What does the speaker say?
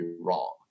wrong